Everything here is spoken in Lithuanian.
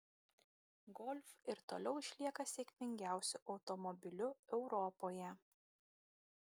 golf ir toliau išlieka sėkmingiausiu automobiliu europoje